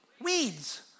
weeds